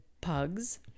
pugs